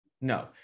No